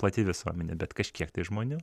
plati visuomenė bet kažkiek tai žmonių